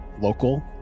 local